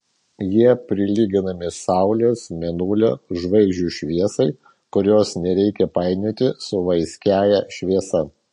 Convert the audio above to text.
jie prilyginami saulės mėnulio žvaigždžių šviesai kurios nereikia painioti su vaiskiąja šviesa